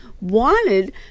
wanted